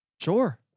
Sure